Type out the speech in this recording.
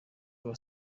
rwa